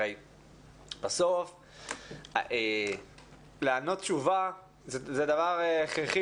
בסוף לענות תשובה זה דבר הכרחי,